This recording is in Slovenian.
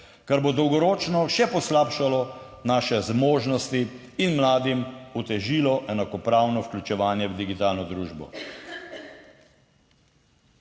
kar bo dolgoročno še poslabšalo naše zmožnosti in mladim otežilo enakopravno vključevanje v digitalno družbo.